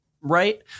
right